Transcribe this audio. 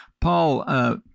Paul